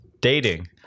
dating